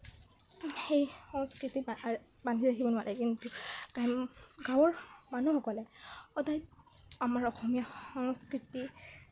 সেই সংস্কৃতি বান্ধি ৰাখিব নোৱাৰে কিন্তু গ্ৰাম্য় গাঁৱৰ মানুহসকলে সদায় আমাৰ অসমীয়া সংস্কৃতি